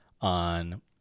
on